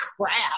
crap